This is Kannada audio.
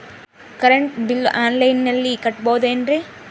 ಕರೆಂಟ್ ಬಿಲ್ಲು ಆನ್ಲೈನಿನಲ್ಲಿ ಕಟ್ಟಬಹುದು ಏನ್ರಿ?